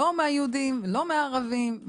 לא מהיהודים ולא מהערבים.